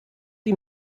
wie